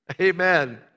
Amen